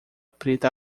preta